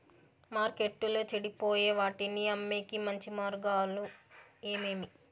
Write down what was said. మార్కెట్టులో చెడిపోయే వాటిని అమ్మేకి మంచి మార్గాలు ఏమేమి